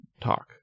talk